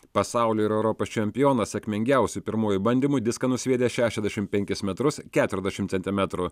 pasaulio ir europos čempionas sėkmingiausiu pirmuoju bandymu diską nusviedė šešiasdešim penkis metrus keturiasdešim centrimetrų